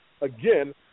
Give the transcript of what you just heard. again